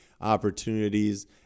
opportunities